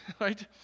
right